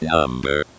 Number